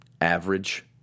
average